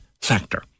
Factor